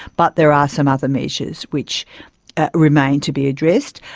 but there are some other measures which remain to be addressed.